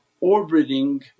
orbiting